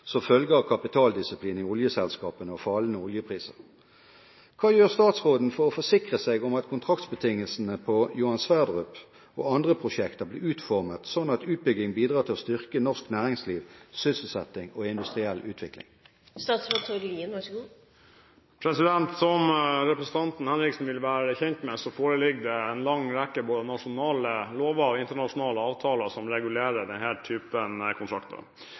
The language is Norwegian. som følge av kapitaldisiplinen i oljeselskapene og fallende oljepriser. Hva gjør statsråden for å forsikre seg om at kontraktsbetingelsene for Johan Sverdrup-feltet og andre prosjekter blir utformet sånn at utbyggingen bidrar til å styrke norsk næringsliv, sysselsetting og industriell utvikling? Som representanten Henriksen vil være kjent med, foreligger det en lang rekke både nasjonale lover og internasjonale avtaler som regulerer denne typen kontrakter.